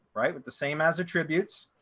right with the same as attributes,